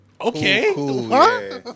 okay